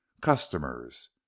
Customers